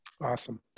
Awesome